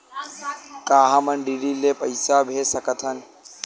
का हम डी.डी ले पईसा भेज सकत हन?